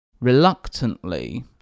Reluctantly